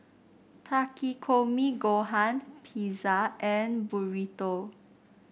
Takikomi Gohan Pizza and Burrito